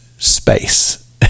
space